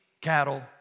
cattle